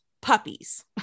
Puppies